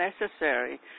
necessary